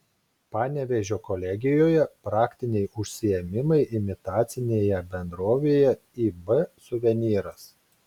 panevėžio kolegijoje praktiniai užsiėmimai imitacinėje bendrovėje ib suvenyras